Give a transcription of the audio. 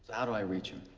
how do i reach him?